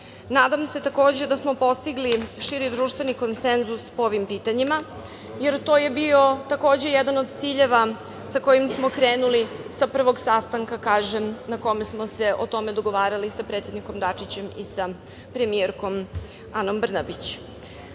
sceni. Nadam se, takođe, da smo postigli širi društveni konsenzus po ovim pitanjima, jer to je bio takođe jedan od ciljeva sa kojim smo krenuli sa prvog sastanka na kome smo se o tome dogovarali sa predsednikom Dačićem i sa premijerkom Anom Brnabić. Danas